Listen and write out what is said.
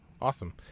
awesome